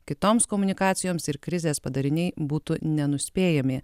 kitoms komunikacijoms ir krizės padariniai būtų nenuspėjami